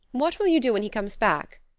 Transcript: what will you do when he comes back?